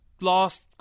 last